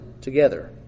together